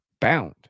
bound